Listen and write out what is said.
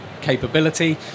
capability